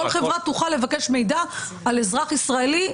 חברה תוכל לבקש מידע על אזרח ישראלי?